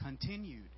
continued